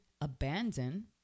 abandon